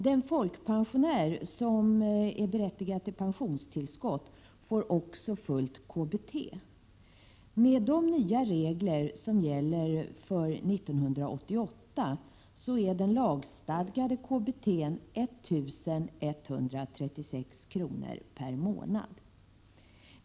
Den folkpensionär som är berättigad till pensionstillskott får även fullt kommunalt bostadstillägg. Med de nya regler som gäller för 1988 är det lagstadgade kommunala bostadstillägget 1136 kr. per månad.